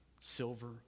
silver